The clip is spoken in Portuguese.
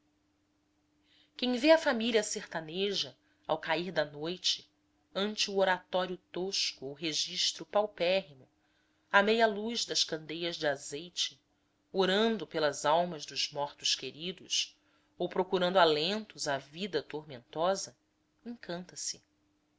quem vê a família sertaneja ao cair da noite ante o oratório tosco ou registo paupérrimo à meia luz das candeias de azeite orando pelas almas dos mortos queridos ou procurando alentos à vida tormentosa encanta se